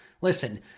Listen